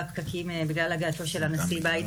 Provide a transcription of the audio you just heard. כל מיני דיבורים על מסדרון הומניטרי או